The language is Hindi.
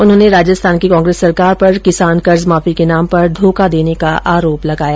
उन्होंने राजस्थान की कांग्रेस सरकार पर किसान कर्जमाफी के नाम पर धोखा करने का आरोप लगाया